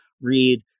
read